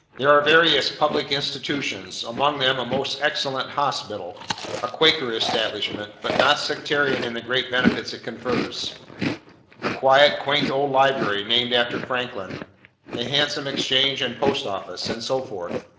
there are various public institutions. among them a most excellent hospital a quaker establishment, but not sectarian in the great benefits it confers a quiet, quaint old library, named after franklin a handsome exchange and post office and so forth.